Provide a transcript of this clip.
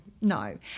No